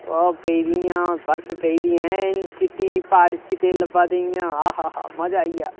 ओह् पेदियां बर्फ पेदी ऐन चिट्टी प्हाड़ी चिट्टे लब्भा दे इ'यां आ हा हा मजा आई गेआ